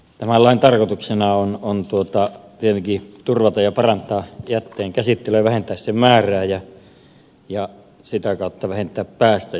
tämän lain tarkoituksena on tietenkin turvata ja parantaa jätteenkäsittelyä vähentää jätteen määrää ja sitä kautta vähentää päästöjä